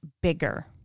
bigger